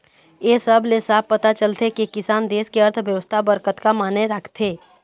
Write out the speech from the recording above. ए सब ले साफ पता चलथे के किसान देस के अर्थबेवस्था बर कतका माने राखथे